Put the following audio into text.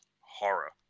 horror